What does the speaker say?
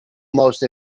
most